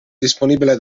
disponibile